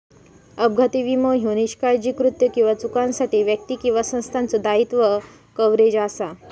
अपघाती विमो ह्यो निष्काळजी कृत्यो किंवा चुकांसाठी व्यक्ती किंवा संस्थेचो दायित्व कव्हरेज असा